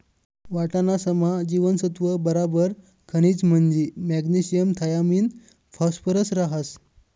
वाटाणासमा जीवनसत्त्व बराबर खनिज म्हंजी मॅग्नेशियम थायामिन फॉस्फरस रहास